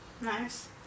Nice